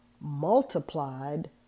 multiplied